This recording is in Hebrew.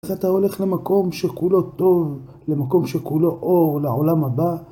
אתה הולך למקום שכולו טוב, למקום שכולו אור, לעולם הבא.